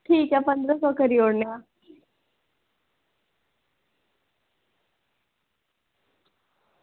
ठीक ऐ पंदरां सौ करी ओड़ने आं